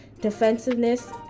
defensiveness